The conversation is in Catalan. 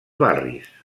barris